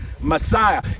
Messiah